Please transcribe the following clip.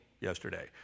yesterday